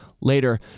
later